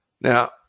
Now